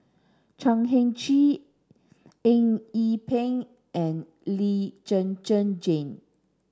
Chan Heng Chee Eng Yee Peng and Lee Zhen Zhen Jane